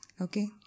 Okay